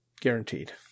Guaranteed